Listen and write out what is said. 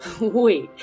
Wait